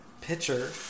pitcher